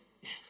Yes